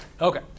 Okay